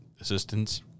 assistance